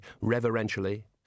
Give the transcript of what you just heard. reverentially